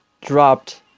dropped